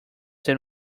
than